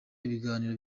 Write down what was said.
ibiganiro